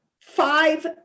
five